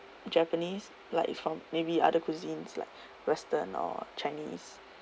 japanese like from maybe other cuisines like western or chinese